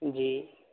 جی